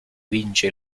vince